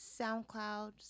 SoundCloud